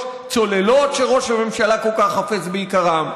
צוללות שראש הממשלה כל כך חפץ ביקרן.